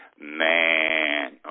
man